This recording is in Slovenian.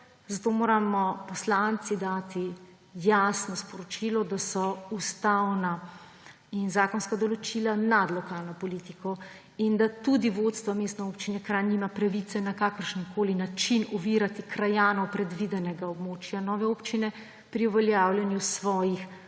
zato moramo poslanci dati jasno sporočilo, da so ustavna in zakonska določila nad lokalno politiko in da tudi vodstvo Mestne občine Kranj nima pravice na kakršenkoli način ovirati krajanov predvidenega območja nove občine pri uveljavljanju svojih